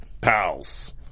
pals